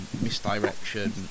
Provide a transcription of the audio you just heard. misdirection